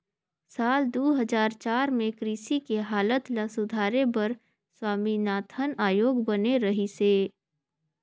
साल दू हजार चार में कृषि के हालत ल सुधारे बर स्वामीनाथन आयोग बने रहिस हे